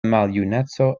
maljuneco